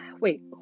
wait